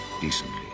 decently